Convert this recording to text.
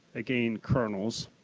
again, kernels.